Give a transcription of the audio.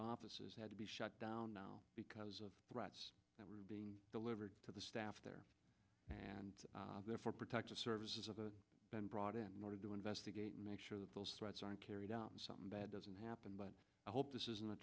offices had to be shut down because of threats that were being delivered to the staff there and therefore protective services of the been brought in order to investigate make sure that those threats aren't carried out and something bad doesn't happen but i hope this isn't